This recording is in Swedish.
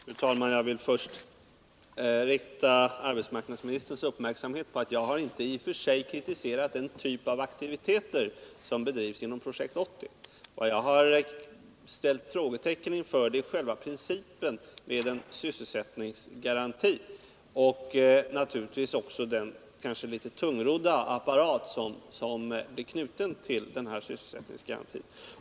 Fru talman! Jag vill först fästa arbetsmarknadsministerns uppmärksamhet på att jag i och för sig inte kritiserat den typ av aktiviteter som bedrivs inom Projekt 80. Vad jag har ifrågasatt är själva principen med en sysselsättningsgaranti och naturligtvis också den kanske litet tungrodda apparat som blir knuten till denna.